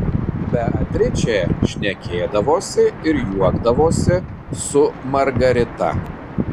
beatričė šnekėdavosi ir juokdavosi su margarita